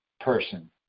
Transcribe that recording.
person